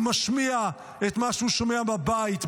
הוא משמיע את מה שהוא שומע בבית,